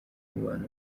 umubano